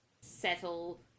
settle